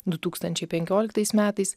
du tūkstančiai penkioliktais metais